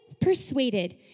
persuaded